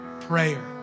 Prayer